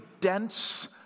dense